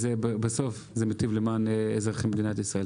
בסוף זה מטיב עם אזרחי מדינת ישראל.